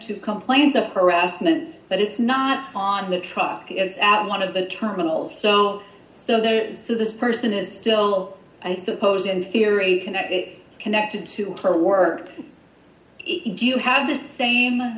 to complains of harassment but it's not on the truck it's at one of the terminals so so there's so this person is still i suppose in theory a connector connected to her work do you have the same